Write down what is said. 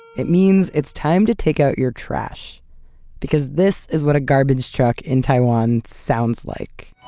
it means it's time to take out your trash because this is what a garbage truck in taiwan sounds like